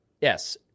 yes